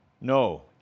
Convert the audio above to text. no